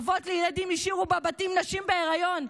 אבות לילדים שהשאירו בבתים נשים בהיריון,